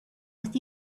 with